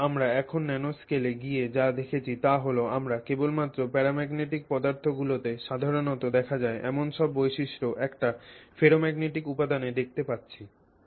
সুতরাং আমরা এখন ন্যানোস্কেলে গিয়ে যা দেখছি তা হল আমরা কেবল প্যারাম্যাগনেটিক পদার্থগুলিতে সাধারণত দেখা যায় এমন সব বৈশিষ্ট্য একটি ফেরোম্যাগনেটিক উপাদানে দেখতে পাচ্ছি